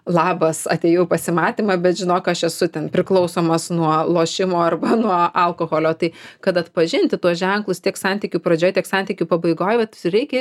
labas atėjau į pasimatymą bet žinok aš esu ten priklausomas nuo lošimo arba nuo alkoholio tai kad atpažinti tuos ženklus tiek santykių pradžioj tik santykių pabaigoj vat reikia